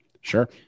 Sure